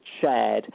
shared